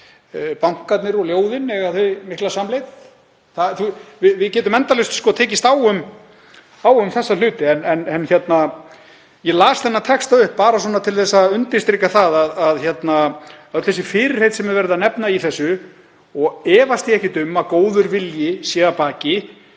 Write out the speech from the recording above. Bankarnir og ljóðin, eiga þau mikla samleið? Við getum endalaust tekist á um þessa hluti en ég las þennan texta upp bara til að undirstrika það að öll þau fyrirheit sem er verið að nefna í þessu, og efast ég ekkert um að góður vilji sé að baki,